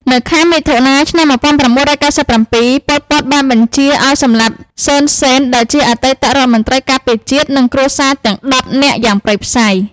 នៅខែមិថុនា ឆ្នាំ១៩៩៧ ប៉ុល ពត បានបញ្ជាឱ្យសម្លាប់ សឺន សេន ដែលជាអតីតរដ្ឋមន្ត្រីការពារជាតិ និងគ្រួសារទាំងដប់នាក់យ៉ាងព្រៃផ្សៃ។